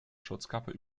schutzkappe